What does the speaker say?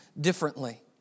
differently